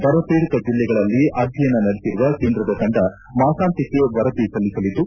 ಬರಖೀಡಿತ ಜಿಲ್ಲೆಗಳಲ್ಲಿ ಅಧ್ಯಯನ ನಡೆಸಿರುವ ಕೇಂದ್ರದ ತಂಡ ಮಾಸಾಂತ್ವಕ್ಕೆ ವರದಿ ಸಲ್ಲಿಸಲಿದ್ದು